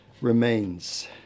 remains